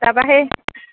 তাৰপৰা সেই